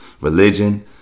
religion